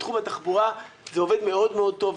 בתחום התחבורה זה עובד מאוד-מאוד טוב,